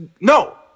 no